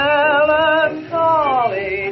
Melancholy